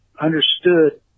understood